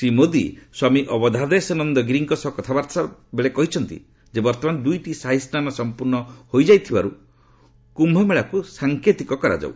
ଶ୍ରୀ ମୋଦି ସ୍ୱାମୀ ଅବଧେଷାନନ୍ଦ ଗିରିଙ୍କ ସହ କଥାବାର୍ଭା ବେଳେ କହିଛନ୍ତି ଯେ ବର୍ତ୍ତମାନ ଦୁଇଟି ସାହି ସ୍ନାନ ସମ୍ପୂର୍ଣ୍ଣ ହୋଇଥିବାରୁ କୁୟମେଳାକୁ ସାଙ୍କେତିକ କରାଯାଉ